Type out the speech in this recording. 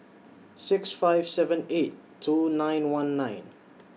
six five seven eight two nine one nine